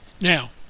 Now